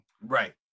right